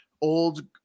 Old